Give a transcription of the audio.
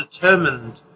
determined